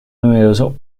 novedoso